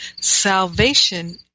Salvation